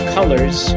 Colors